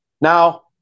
Now